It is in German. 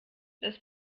das